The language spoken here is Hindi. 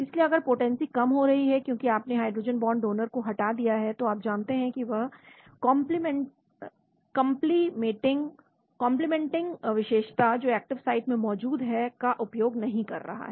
इसलिए अगर पोटेंसी कम हो रही है क्योंकि आपने हाइड्रोजन बॉन्ड डोनर को हटा दिया है तो आप जानते हैं कि वह कंपलीमेंटिंग विशेषता जो एक्टिव साइट में मौजूद है का उपयोग नहीं हो रहा है